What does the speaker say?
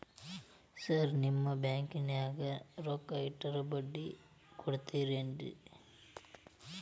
Sir ನಾನು ನಿಮ್ಮ ಬ್ಯಾಂಕನಾಗ ರೊಕ್ಕ ಇಟ್ಟರ ಬಡ್ಡಿ ಕೊಡತೇರೇನ್ರಿ?